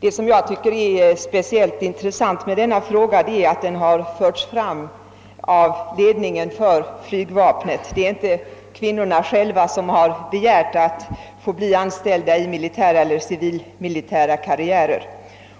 Det som jag tycker är speciellt intressant med denna fråga är att den har förts fram av ledningen för flygvapnet. Det är inte kvinnorna själva som har begärt att få bli anställda i militära och civilmilitära karriärer.